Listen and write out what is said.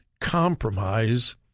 Compromise